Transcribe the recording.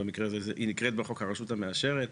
היא נקראת בחוק הרשות המאשרת,